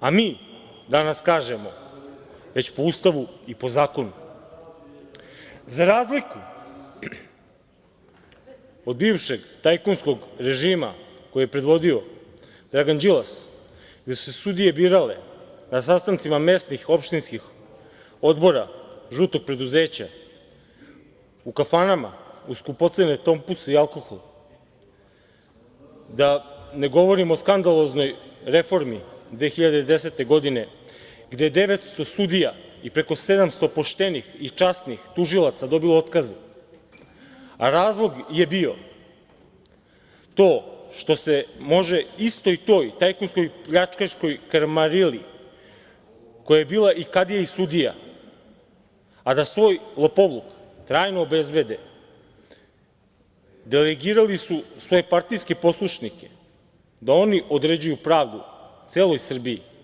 a mi danas kažemo – po Ustavu i po zakonu za razliku od bivšeg tajkunskog režima, koji je predvodio Dragan Đilas, gde su se sudije birale na sastancima mesnih, opštinskih odbora žutog preduzeća, u kafanama uz skupocene tompuse i alkohol, da ne govorim o skandaloznoj reformi 2010. godine gde 900 sudija i preko 700 poštenih i časnih tužalaca je dobilo otkaze, a razlog je bio to što se može istoj toj tajkunskoj pljačkaškoj kamarili, koja je bila i kadija i sudija, a da svoj lopovluk trajno obezbede, delegirali su svoje partijske poslušnike da oni određuju pravdu celoj Srbiji.